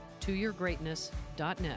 toyourgreatness.net